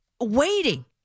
waiting